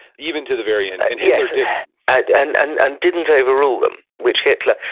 even to the very end. and hitler didn't and and and and didn't overrule them, which hitler,